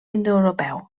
indoeuropeu